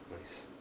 Nice